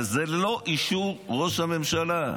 וזה לא באישור ראש הממשלה.